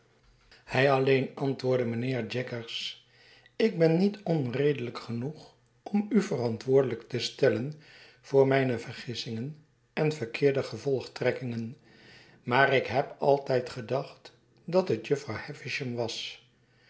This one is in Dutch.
hij alleen antwoordde mijnheer jaggers ik ben niet onredelijk genoeg om u verantwoordelijk te stellen voor mijne vergissingen en verkeerde gevolgtrekkingen maar ik heb altijd gedacht dat het jufvrouw havisham was